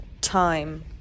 time